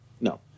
No